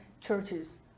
churches